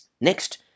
Next